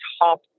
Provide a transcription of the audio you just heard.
top